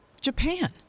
Japan